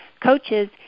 coaches